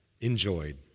enjoyed